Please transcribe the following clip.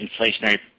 inflationary